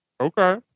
Okay